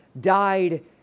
died